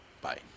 Bye